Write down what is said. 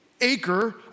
acre